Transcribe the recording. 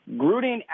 Gruden